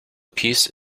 peace